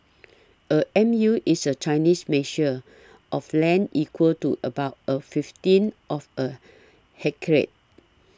a M U is a Chinese measure of land equal to about a fifteen of a hectare